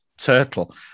turtle